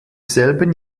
selben